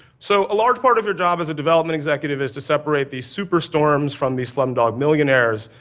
so, a large part of your job as a development executive is to separate the superstorms from the slumdog millionaires,